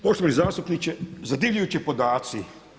Poštovani zastupniče, zadivljujući podaci.